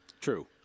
True